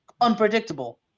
unpredictable